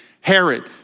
Herod